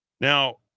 Now